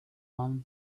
man